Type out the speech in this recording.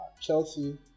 chelsea